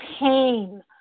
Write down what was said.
pain